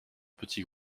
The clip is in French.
petit